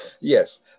Yes